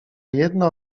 jedna